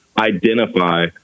identify